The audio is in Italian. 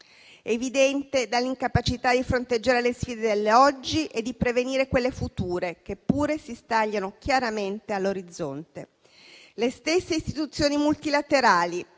evidente dall'incapacità di fronteggiare le sfide dell'oggi e di prevenire quelle future, che pure si stagliano chiaramente all'orizzonte. Le stesse istituzioni multilaterali,